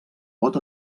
pot